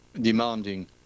demanding